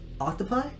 Octopi